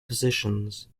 positions